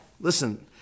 listen